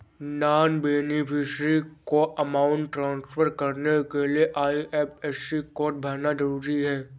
non beneficiary को amount transfer करने के लिए आई.एफ.एस.सी कोड भरना जरूरी है